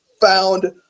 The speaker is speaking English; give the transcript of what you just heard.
found